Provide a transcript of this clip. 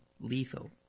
lethal